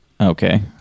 Okay